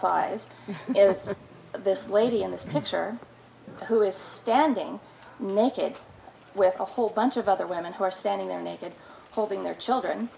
was this lady in this picture who is standing naked with a whole bunch of other women who are standing there naked holding their children